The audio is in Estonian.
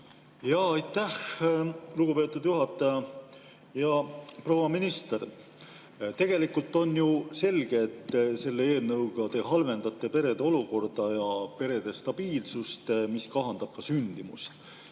Aitäh, lugupeetud juhataja! Proua minister! Tegelikult on ju selge, et selle eelnõuga te halvendate perede olukorda ja perede stabiilsust, mis kahandab ka sündimust.